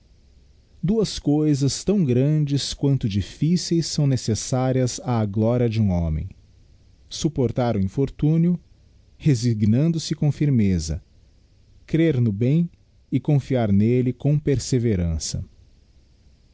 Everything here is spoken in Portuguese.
duas cousas tão grandes quanto difficeis são necessárias á gloria d'um homem supportar o infortúnio resignando se com firmeza crer no bem e confiar nelle com perseverança